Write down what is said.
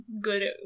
good